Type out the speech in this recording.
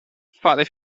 fare